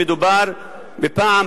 מדובר בפעם,